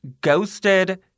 Ghosted